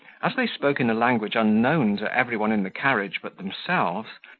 as they spoke in a language unknown to every one in the carriage but themselves,